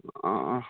ആ